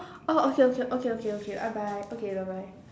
oh okay okay okay okay okay okay okay bye bye okay bye bye